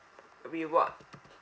reward